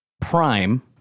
Prime